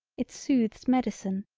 it soothes medicine.